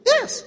Yes